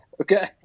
Okay